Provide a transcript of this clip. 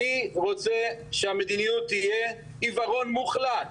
אני רוצה שהמדיניות תהיה עיוורון מוחלט,